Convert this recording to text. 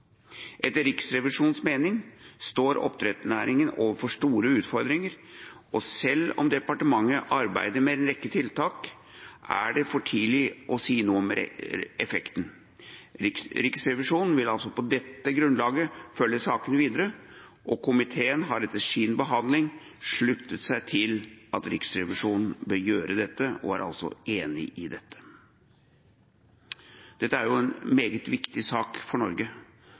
Etter Riksrevisjonens mening står oppdrettsnæringen overfor store utfordringer, og selv om departementet arbeider med en rekke tiltak, er det for tidlig å si noe om effekten. Riksrevisjonen vil på dette grunnlaget følge saken videre. Komiteen har etter sin behandling sluttet seg til at Riksrevisjonen bør gjøre dette, og er altså enig i det. Dette er en meget viktig sak for Norge